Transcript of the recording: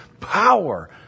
power